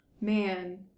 man